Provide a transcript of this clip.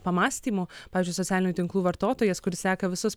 pamąstymų pavyzdžiui socialinių tinklų vartotojas kuris seka visus